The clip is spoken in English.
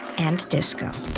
and disco.